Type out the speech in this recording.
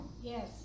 yes